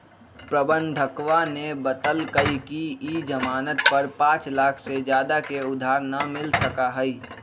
प्रबंधकवा ने बतल कई कि ई ज़ामानत पर पाँच लाख से ज्यादा के उधार ना मिल सका हई